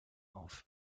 auf